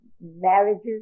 marriages